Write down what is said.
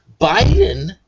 biden